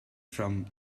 from